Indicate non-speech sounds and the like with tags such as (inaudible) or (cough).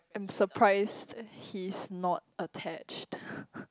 I'm surprised he's not attached (breath)